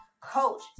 Coach